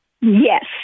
Yes